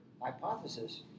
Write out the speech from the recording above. hypothesis